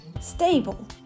stable